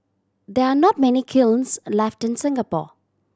there are not many kilns left in Singapore